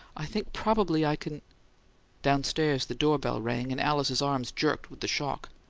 i think probably i can downstairs the door-bell rang, and alice's arms jerked with the shock.